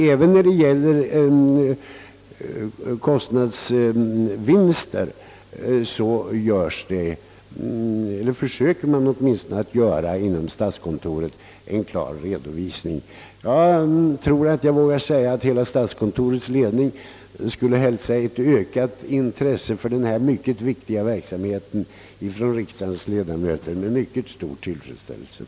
Även när det gäller kostnadsbesparingar försöker man åtminstone inom statskontoret att lämna en klar redovisning. Jag tror mig våga påstå att hela statskontorets ledning med mycket stor tillfredsställelse skulle hälsa ett ökat intresse hos riksdagens ledamöter för denna synnerligen viktiga verksamhet.